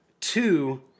Two